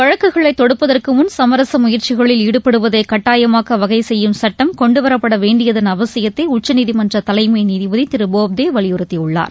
வழக்குகளை தொடுப்பதற்கு முன் சமரச முயற்சிகளில் ஈடுபடுவதை கட்டாயமாக்க வகை செய்யும் சட்டம் கொண்டுவரப்பட வேண்டியதன் அவசியத்தை உச்சநீதிமன்ற தலைமை நீதிபதி திரு போப்தே வலியுறுத்தியுள்ளார்